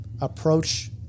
approach